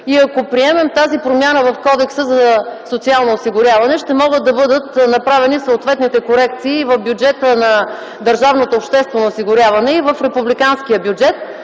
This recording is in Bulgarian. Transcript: Ако приемем тази промяна в Кодекса за социално осигуряване, ще могат да бъдат направени съответните корекции в бюджета на държавното обществено осигуряване и в републиканския бюджет.